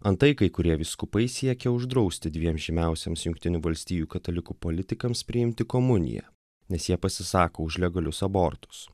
antai kai kurie vyskupai siekia uždrausti dviem žymiausiems jungtinių valstijų katalikų politikams priimti komuniją nes jie pasisako už legalius abortus